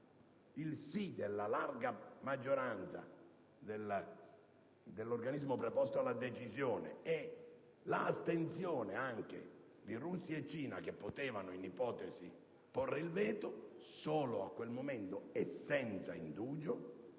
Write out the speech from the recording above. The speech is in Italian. della larga maggioranza dell'organo preposto alla decisione e l'astensione anche di Russia e Cina, che potevano in ipotesi porre il veto, solo in quel momento e senza indugio